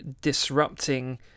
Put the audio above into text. disrupting